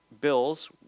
bills